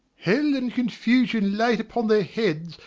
hell and confusion light upon their heads,